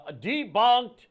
debunked